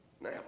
Now